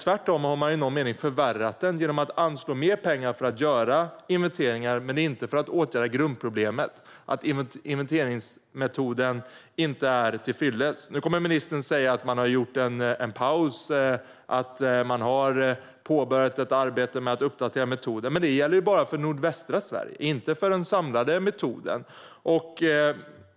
Tvärtom har man i någon mening förvärrat den genom att anslå mer pengar för att göra inventeringar men inte för att åtgärda grundproblemet: att inventeringsmetoden inte är till fyllest. Nu kommer ministern att säga att man har gjort en paus och påbörjat ett arbete med att uppdatera metoden. Men det gäller ju bara för nordvästra Sverige, inte för den samlade metoden.